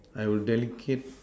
I will delicate